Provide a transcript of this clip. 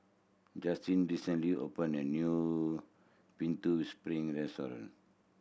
Justina recently opened a new Putu Piring restaurant